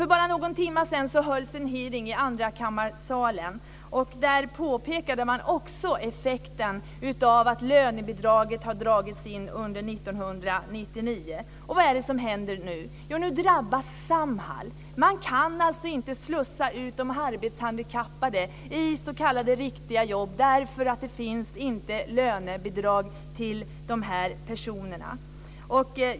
För bara någon timme sedan hölls en hearing i andrakammarsalen. Där påpekade man också effekten av att lönebidraget har dragits in under 1999. Och vad är det som händer nu? Jo, Samhall drabbas. Man kan alltså inte slussa ut de arbetshandikappade i s.k. riktiga jobb därför att det inte finns lönebidrag till dessa personer.